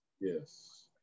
Yes